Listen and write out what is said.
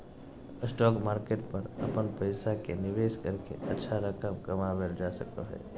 stock market पर अपन पैसा के निवेश करके अच्छा रकम कमावल जा सको हइ